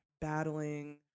battling